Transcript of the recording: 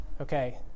Okay